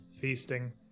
feasting